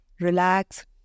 Relax